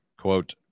Quote